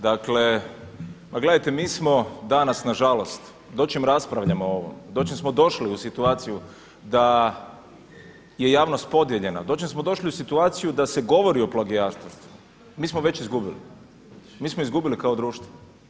Dakle, gledajte, mi smo danas na žalost dočim raspravljamo o ovom, dočim smo došli u situaciju da je javnost podijeljena, dočim smo došli u situaciju da se govori o plagijatorstvu, mi smo već izgubili, mi smo izgubili kao društvo.